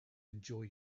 enjoy